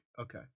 Okay